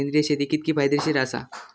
सेंद्रिय शेती कितकी फायदेशीर आसा?